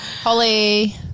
Holly